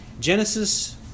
Genesis